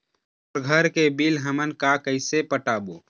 मोर घर के बिल हमन का कइसे पटाबो?